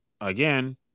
again